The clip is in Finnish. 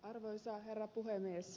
arvoisa herra puhemies